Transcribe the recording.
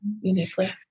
uniquely